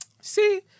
See